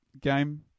game